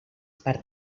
per